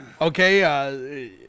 Okay